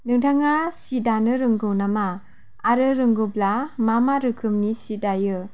नोंथांआ सि दानो रोंगौ नामा आरो रोंगौब्ला मा मा रोखोमनि सि दायो